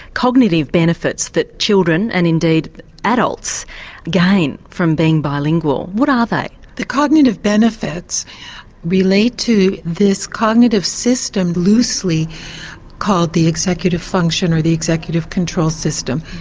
cognitive benefits that children and indeed adults gain from being bilingual. what are they? the cognitive benefits relate to this cognitive system loosely called the executive function or the executive control system.